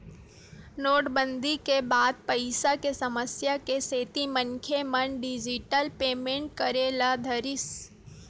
नोटबंदी के बाद पइसा के समस्या के सेती मनखे मन डिजिटल पेमेंट करे ल धरिस